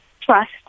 trust